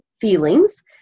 feelings